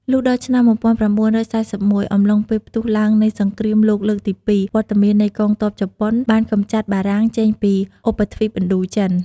លុះរហូតដល់ឆ្នាំ ១៩៤១ អំឡុងពេលផ្ទុះឡើងនៃ សង្គ្រាមលោកលើកទី២វត្តមាននៃកងទ័ព ជប៉ុន បានកំចាត់បារាំងចេញពីឧបទ្វីបឥណ្ឌូចិន ។